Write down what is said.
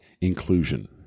inclusion